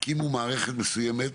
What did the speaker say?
הקימו מערכת מסוימת.